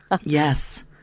Yes